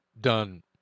done